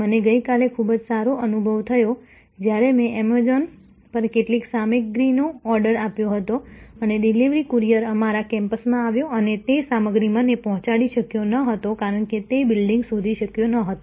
મને ગઈકાલે ખૂબ જ સારો અનુભવ થયો જ્યારે મેં એમેઝોન પર કેટલીક સામગ્રીનો ઓર્ડર આપ્યો હતો અને ડિલિવરી કુરિયર અમારા કેમ્પસમાં આવ્યો હતો અને તે સામગ્રી મને પહોંચાડી શક્યો ન હતો કારણ કે તે બિલ્ડિંગ શોધી શક્યો ન હતો